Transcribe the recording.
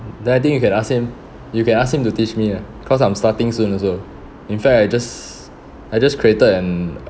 then I think you can ask him you can ask him to teach me ah cause I'm starting soon also in fact I just I just created an